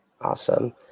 Awesome